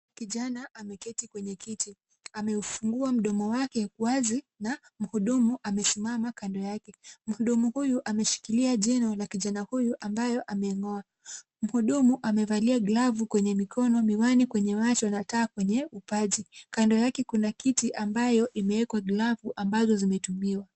Kijana ameketi kwenye kiti. Ameufungua mdomo wake wazi na mhudumu amesimama kando yake. Mhudumu huyu ameshikilia jino la kijana huyu ambalo ameng'oa. Mhudumu amevalia glavu kwenye mikono, miwani kwenye macho na taa kwenye upaji. Kando yake kuna kiti ambayo imeekwa glavu ambazo zimetumiwa.